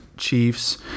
Chiefs